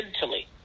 mentally